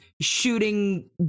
shooting